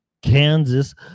Kansas